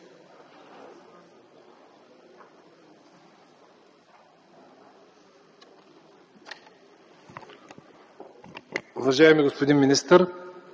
Уважаеми господин министър,